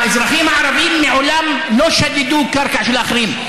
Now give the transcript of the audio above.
האזרחים הערבים מעולם לא שדדו קרקע של אחרים.